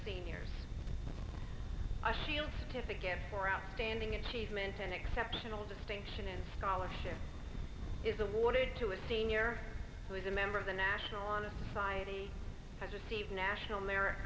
seniors shields typical for outstanding achievement an exceptional distinction and scholarship is awarded to a senior who is a member of the national honor society has received national merit